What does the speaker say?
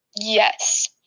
Yes